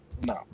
No